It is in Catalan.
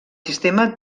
sistema